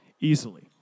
easily